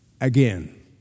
again